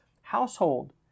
household